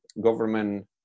government